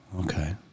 okay